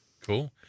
cool